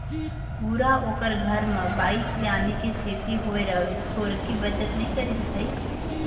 पूरा ओखर घर म बाई सियानी के सेती होय हवय, थोरको बचत नई करिस भई